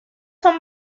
son